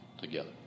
together